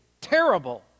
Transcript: terrible